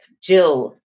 Jill